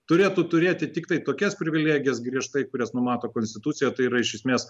turėtų turėti tiktai tokias privilegijas griežtai kurias numato konstitucija tai yra iš esmės